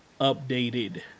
updated